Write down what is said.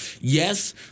Yes